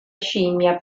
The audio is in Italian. scimmia